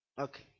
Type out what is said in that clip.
Okay